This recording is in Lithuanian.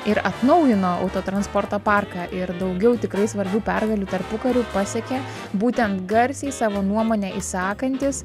ir atnaujino autotransporto parką ir daugiau tikrai svarbių pergalių tarpukariu pasiekė būtent garsiai savo nuomonę išsakantys